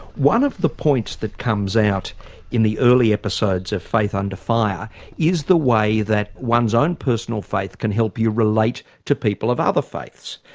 one of the points that comes out in the early episodes of faith under fire is the way that one's own personal faith can help you relate to people of other faiths.